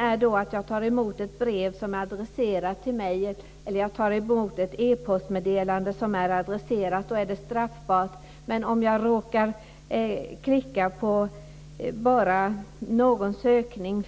Om jag tar emot ett till mig adresserat brev eller e-postmeddelande som innehåller sådan information, är tillställandet straffbart, men om man vid en sökning bara råkar klicka